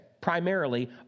primarily